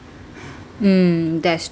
um that's true